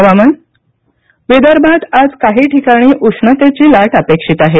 हवामान विदर्भात आज काही ठिकाणी उष्णतेची लाट अपेक्षित आहे